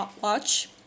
watch